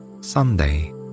Sunday